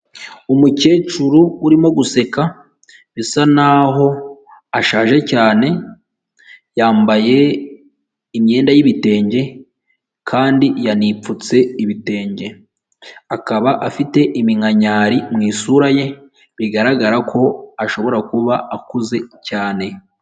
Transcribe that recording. Umukecuru urimo guseka bisa naho ashaje cyane, yambaye imyenda y'ibitenge kandi yanipfutse ibitenge, akaba afite iminkanyari mu isura ye bigaragara ko ashobora kuba akuze cyane.